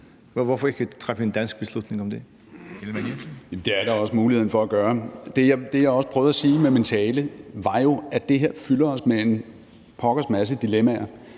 Jakob Ellemann-Jensen (V): Det er der også mulighed for at gøre. Det, jeg også prøvede at sige med min tale, var jo, at det her fylder os med en pokkers masse dilemmaer.